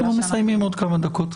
אנחנו מסיימים עוד כמה דקות.